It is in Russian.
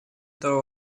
этого